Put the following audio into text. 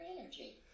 energy